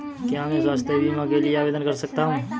क्या मैं स्वास्थ्य बीमा के लिए आवेदन कर सकता हूँ?